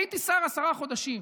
הייתי שר עשרה חודשים.